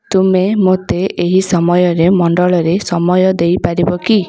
ତୁମେ ମୋତେ ଏହି ସମୟ ମଣ୍ଡଳରେ ସମୟ ଦେଇପାରିବ କି